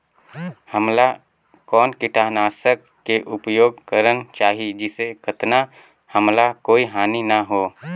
हमला कौन किटनाशक के उपयोग करन चाही जिसे कतना हमला कोई हानि न हो?